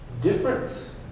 difference